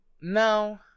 No